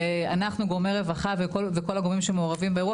אנחנו גורמי רווחה וכל הגורמים המעורבים באירוע